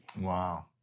Wow